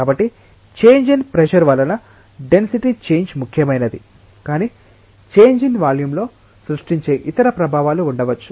కాబట్టి change in pressure వలన density change ముఖ్యమైనది కానీ చేంజ్ ఇన్ వాల్యూమ్లో సృష్టించే ఇతర ప్రభావాలు ఉండవచ్చు